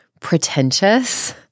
pretentious